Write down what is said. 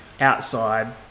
outside